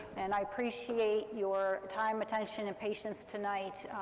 and i appreciate your time, attention, and patience tonight,